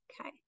okay